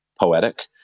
poetic